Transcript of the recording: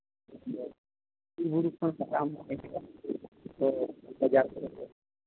ᱵᱤᱨᱼᱵᱩᱨᱩ ᱠᱷᱚᱱ ᱥᱟᱠᱟᱢ ᱠᱚ ᱦᱮᱡᱽ ᱟᱹᱜᱩᱭᱮᱫᱟ ᱟᱨ ᱵᱟᱡᱟᱨ ᱠᱚᱨᱮ ᱠᱚ ᱵᱟᱡᱟᱨᱮᱫᱟ